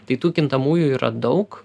tai tų kintamųjų yra daug